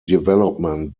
development